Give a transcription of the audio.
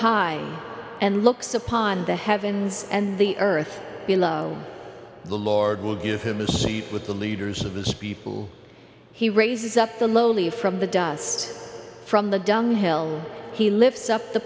high and looks upon the heavens and the earth below the lord will give him a seat with the leaders of his people he raises up the lowly from the dust from the dunghill he lifts up the